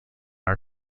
our